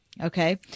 Okay